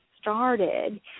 started